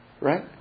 right